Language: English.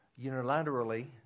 unilaterally